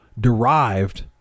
derived